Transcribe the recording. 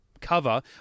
cover